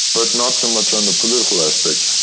but not so much on the political aspect.